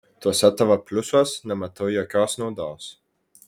tuose tavo pliusuos nematau jokios naudos